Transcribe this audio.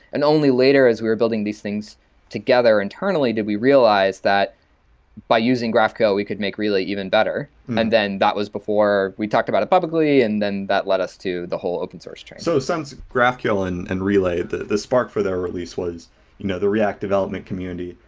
and only later as we're building these things together internally did we realize that by using graphql we could make relay even better, and then that was before we talked about it publicly and then that led us to the whole open-source journey. so since graphql and and relay, the the spark for that release was you know the react development community.